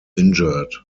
injured